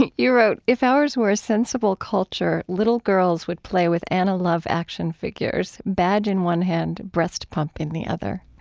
you wrote, if ours were a sensible culture, little girls would play with anna love action figures, badge in one hand, breast pump in the other.